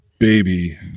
Baby